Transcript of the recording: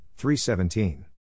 3-17